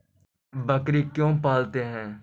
बकरी क्यों पालते है?